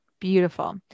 Beautiful